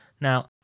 Now